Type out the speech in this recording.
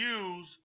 use